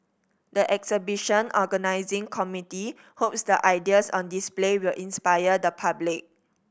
the exhibition organising committee hopes the ideas on display will inspire the public